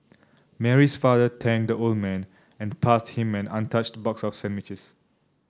Mary's father thanked the old man and passed him an untouched box of sandwiches